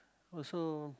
also